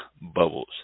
bubbles